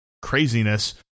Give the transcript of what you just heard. Craziness